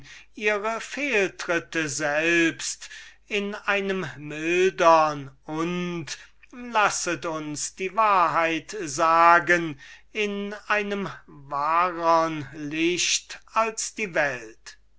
ihre fehltritte selbst in einem mildern und lasset uns die wahrheit sagen in einem wahrern licht als die welt